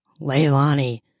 Leilani